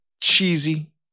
cheesy